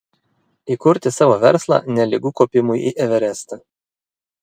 įkurti savo verslą nelygu kopimui į everestą